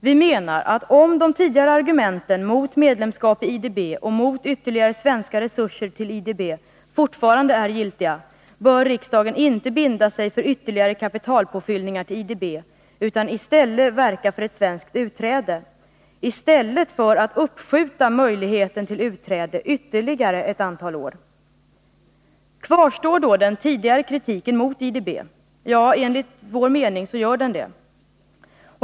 Vi menar att om de tidigare argumenten mot medlemskap i IDB och mot ytterligare svenska resurser till IDB fortfarande är giltiga, bör riksdagen inte binda sig för ytterligare kapitalpåfyllningar till IDB utan i stället verka för ett svenskt utträde. Vi bör inte ytterligare ett antal år uppskjuta möjligheten till utträde. Kvarstår då den tidigare kritiken mot IDB? Ja, enligt vår mening gör den det.